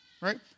right